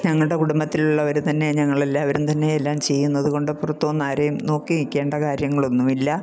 ഞങ്ങളുടെ കുടുംബത്തിലുള്ളവർ തന്നെ ഞങ്ങളെല്ലാവരും തന്നെ എല്ലാം ചെയ്യുന്നതുകൊണ്ട് പുറത്തു നിന്ന് ആരെയും നോക്കി നിൽക്കേണ്ട കാര്യങ്ങളൊന്നുമില്ല